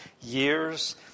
years